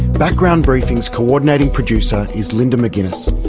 background briefing's coordinating producer is linda mcginness,